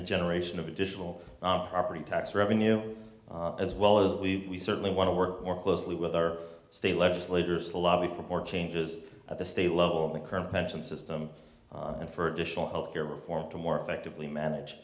the generation of additional property tax revenue as well as we certainly want to work more closely with our state legislators to lobby for more changes at the state level the current pension system and for additional health care reform to more effectively manage